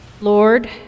Lord